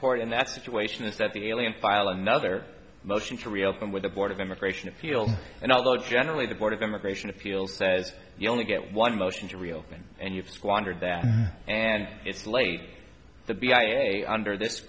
court in that situation is that the alien file another motion to reopen with the board of immigration feel and although generally the board of immigration appeals says you only get one motion to reopen and you've squandered that and it's late to be a under this